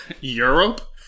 Europe